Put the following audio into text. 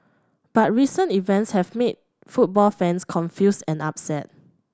but recent events have made football fans confused and upset